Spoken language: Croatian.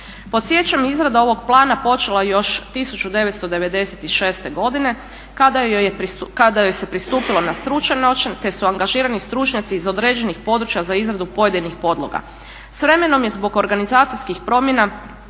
Podsjećam izrada ovog plana počela je još 1996. godina kada joj se pristupilo na stručan način, te su angažirani stručnjaci iz određenih područja za izradu pojedinih podloga. S vremenom je zbog organizacijskih promjena